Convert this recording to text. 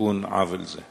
לתיקון עוול זה?